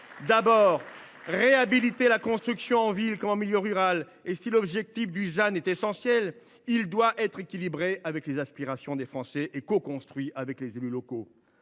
d’abord de réhabiliter la construction en ville comme en milieu rural. Et si le ZAN est un objectif essentiel, il doit être équilibré avec les aspirations des Français et coconstruit avec les élus locaux.